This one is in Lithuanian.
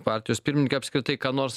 partijos pirmininkę apskritai ką nors